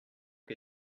aux